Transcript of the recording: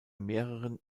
mehreren